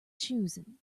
choosing